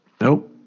Nope